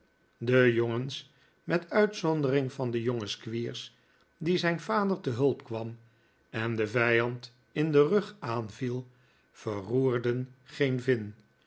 de jongens met uitzondering van den jongen squeers die zijn vader te hulp kwam en den vijand in den rug aanviel verroerden geen vin